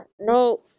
No